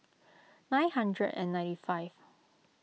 nine hundred and ninety five